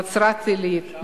נצרת-עילית,